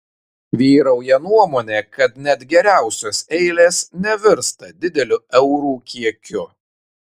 vyrauja nuomonė kad net geriausios eilės nevirsta dideliu eurų kiekiu